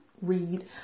read